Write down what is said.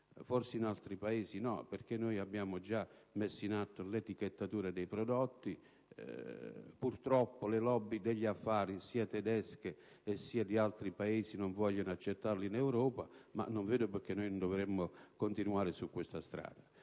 così in altri Paesi, perché noi abbiamo già messo in atto l'etichettatura dei prodotti. Purtroppo, le *lobby* degli affari sia tedesche che di altri Paesi non vogliono accettarle in Europa, ma non vedo perché non dovremmo continuare su questa strada.